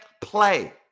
play